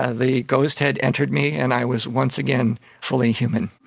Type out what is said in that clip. ah the ghost had entered me and i was once again fully human.